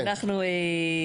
אנחנו,